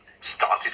started